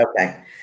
okay